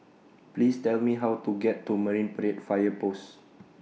Please Tell Me How to get to Marine Parade Fire Post